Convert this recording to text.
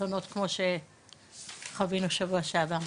אסונות כמו שחווינו בשבוע שעבר.